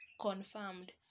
confirmed